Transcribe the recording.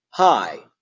Hi